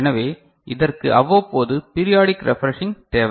எனவே இதற்கு அவ்வப்போது பீரியாடிக் ரெஃப்ரெஷிங் தேவை